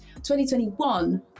2021